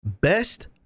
best